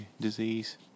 disease